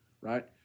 right